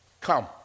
come